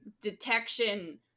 detection